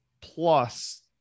plus